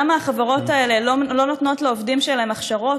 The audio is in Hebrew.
למה החברות האלה לא נותנות לעובדים שלהן הכשרות,